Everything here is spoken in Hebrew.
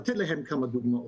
אני אתן כמה דוגמאות.